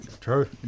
True